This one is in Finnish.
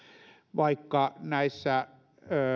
vaikka näissä